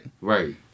Right